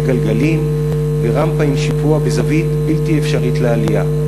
גלגלים וברמפה עם שיפוע בזווית בלתי אפשרית לעלייה.